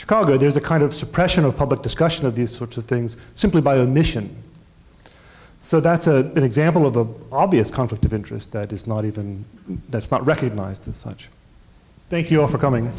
chicago there's a kind of suppression of public discussion of these sorts of things simply by omission so that's a good example of the obvious conflict of interest that is not even that's not recognized as such thank